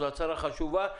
זאת הצהרה חשובה.